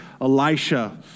Elisha